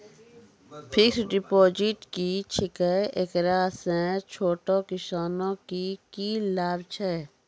Fixed deposit की छिकै, एकरा से छोटो किसानों के की लाभ छै?